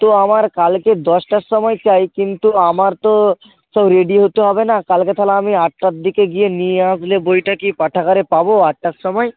তো আমার কালকে দশটার সময় চাই কিন্তু আমার তো সব রেডি হতে হবে না কালকে তাহলে আমি আটটার দিকে গিয়ে নিয়ে আসলে বইটা কি পাঠাগারে পাব আটটার সময়